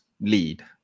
lead